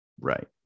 Right